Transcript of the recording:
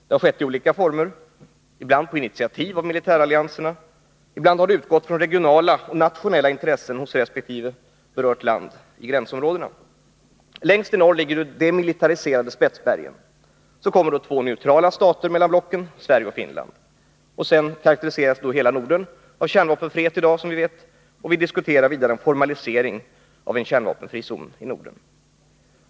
Det har skett i olika former, ibland på initiativ från militärallianserna, ibland med utgångspunkt i regionala och nationella intressen hos berörda länder i gränsområdena. Längst i norr ligger de demilitariserade Spetsbergen. Så kommer två neutrala stater mellan blocken: Sverige och Finland. Vidare karakteriseras hela Norden i dag av kärnvapenfrihet, som vi vet. Vi diskuterar också en formalisering av en kärnvapenfri zon i Norden.